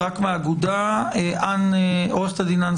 מהאגודה לזכויות האזרח בישראל נמצאת אן